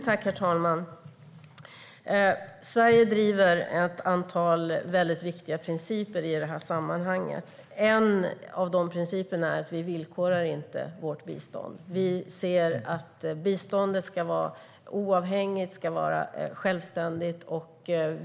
Herr talman! Sverige driver ett antal väldigt viktiga principer i sammanhanget. En av de principerna är att vi inte villkorar vårt bistånd. Biståndet ska vara oavhängigt och självständigt.